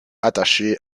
attachées